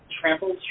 trampled